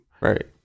Right